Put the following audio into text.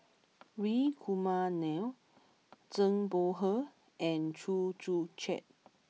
Hri Kumar Nair Zhang Bohe and Chew Joo Chiat